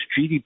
GDP